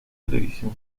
televisión